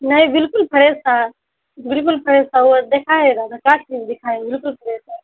نہیں بالکل فریش تھا بالکل فریش تھا وہ دکھائے گا کاٹ کے دکھائے بالکل فریش ہے